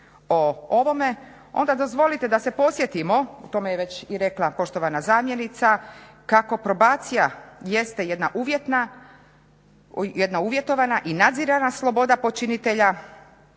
o ovome onda dozvolite da se podsjetimo, o tome je već i rekla poštovana zamjenica, kako probacija jeste jedna uvjetovana i nadzirana sloboda počinitelja